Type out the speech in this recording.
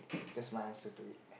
that's my answer to it